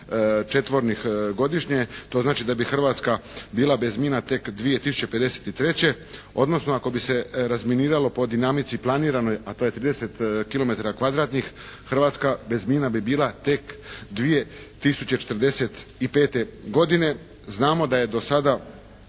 Hrvatska bila bez mina tek 2053.